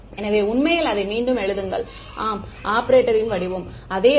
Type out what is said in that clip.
எனவே உண்மையில் அதை மீண்டும் எழுதுங்கள் ஆம் ஆபரேட்டரின் வடிவம் அதே தான்